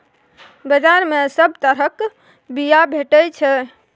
बजार मे सब तरहक बीया भेटै छै